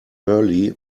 early